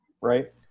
Right